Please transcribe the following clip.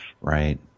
right